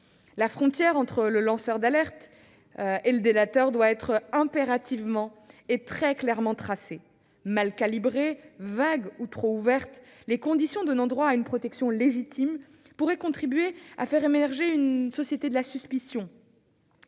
La frontière entre le lanceur d'alerte et le délateur doit donc être impérativement et très clairement tracée. Mal calibrées, vagues ou trop ouvertes, les conditions donnant droit à une protection légitime pourraient contribuer à faire émerger une société de la suspicion,